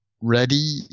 ready